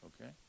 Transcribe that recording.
Okay